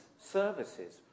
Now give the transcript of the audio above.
services